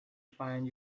find